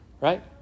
right